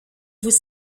vous